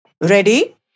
ready